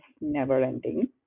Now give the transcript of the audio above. never-ending